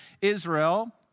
Israel